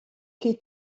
che